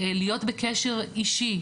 להיות בקשר אישי,